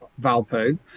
Valpo